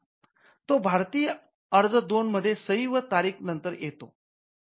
तो भारतीय अर्ज दोन मध्ये सही व तारीख नंतर येतो